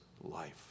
life